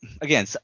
again